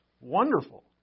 Wonderful